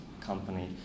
company